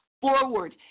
forward